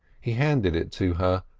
he handed it to her,